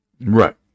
right